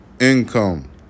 income